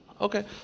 Okay